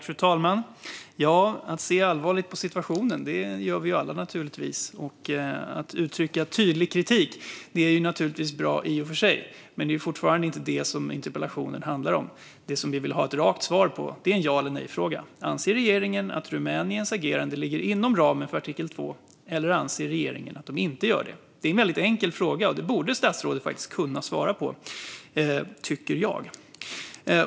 Fru talman! Se allvarligt på situationen gör vi alla. Att uttrycka tydlig kritik är i och för sig bra. Men det är fortfarande inte det som interpellationen handlar om. Det som vi vill ha ett rakt svar på är en ja-eller-nej-fråga. Anser regeringen att Rumäniens agerande ligger inom ramen för artikel 2 eller anser regeringen att det inte gör det? Det är en väldigt enkel fråga. Det borde statsrådet kunna svara på, tycker jag.